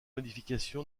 modification